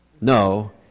no